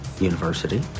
university